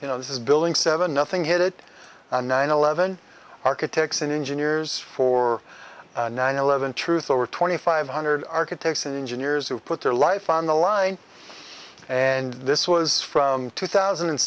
you know this is building seven nothing hit it and nine eleven architects and engineers for nine eleven truth over twenty five hundred architects and engineers who put their life on the line and this was from two thousand and